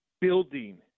building